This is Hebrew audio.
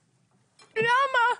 למה?